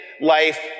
life